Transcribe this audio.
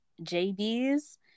JB's